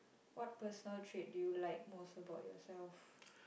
what personal trait to you like most about yourself